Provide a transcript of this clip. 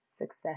success